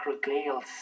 microglial